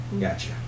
gotcha